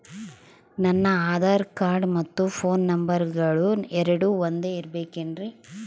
ನನ್ನ ಆಧಾರ್ ಕಾರ್ಡ್ ಮತ್ತ ಪೋನ್ ನಂಬರಗಳು ಎರಡು ಒಂದೆ ಇರಬೇಕಿನ್ರಿ?